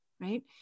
right